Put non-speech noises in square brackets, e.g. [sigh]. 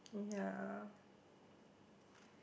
ya [breath]